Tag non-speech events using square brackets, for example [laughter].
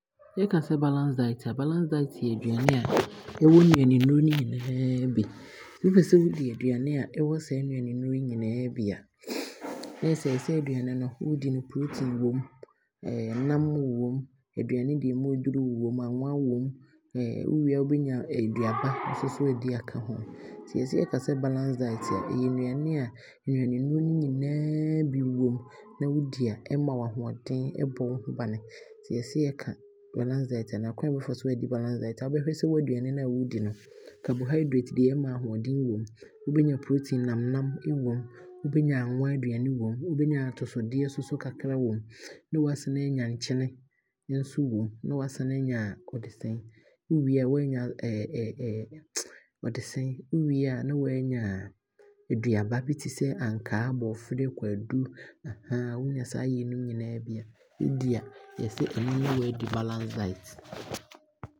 Yɛka sɛ balance diet a, balance diet yɛ aduane a ɛwɔ nnuane nnuro no nyinaa bi. Wopɛsɛ wodi nnuane a ɛwɔ saa nnuane nnuro no nyinaa bi a, [noise] na ɛɛsɛ sɛ aduane no, woodi no protein wɔ mu, [hesitation] ɛnam wɔ mu, aduane deɛ ɛmu yɛ duru wɔ mu, anwa wɔ mu [hesitation] wowie nso a wobɛnya aduaba nso aadi aka ho. Nti yɛse yɛka sɛ balance diet a ɛyɛ nnuane a, nnuane nnuro no nyinaa bi wɔ mu, na wodi a ɛma wo ahoɔden ɛbɔ wo ho bane. Nti yɛse yɛka balance diet a anaa kwan a yɛbɛfa so adi balance diet a, wobɛhwɛ sɛ waaduane no no a woodi no, carbohydrate deɛ ɛma ahoɔden wɔ mu, wobɛnya protein nam nam wɔm, wobɛnya anwa aduane wɔ mu, wobɛnya atosodeɛ nso kakra wɔ mu, na waasane aanya nkyene nso wɔ mu, ne waasane aanya ɔde sɛn, wowie a waanya [hesitation] ɔde sɛn, wowie a na waanya aduaba bi te sɛ ankaa, brɔferɛ, kwadu [hesitation] wonya saa ayi nom nyinaa bi a, ɛdi a, yɛse ɛno ne waadi balance diet.